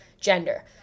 Gender